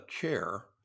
chair